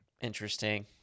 Interesting